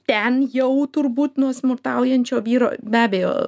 ten jau turbūt nuo smurtaujančio vyro be abejo